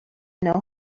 know